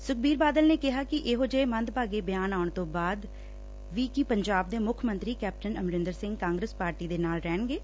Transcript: ਸੁਖਬੀਰ ਸਿੰਘ ਬਾਦਲ ਨੇ ਕਿਹਾ ਕਿ ਇਹੋ ਜਿਹੇ ਮੰਦਭਗੇ ਬਿਆਨ ਆਉਟ ਤੋ ਬਾਅਦ ਵੀ ਕਿ ਪੰਜਾਬ ਦੇ ਮੁੱਖ ਮੰਤਰੀ ਕੈਪਟਨ ਅਮਰੰਦਰ ਸੰਘ ਕਾਂਗਰਸ ਪਾਰਟੀ ਦੇ ਨਾਲ ਰਹਿਣਗੇ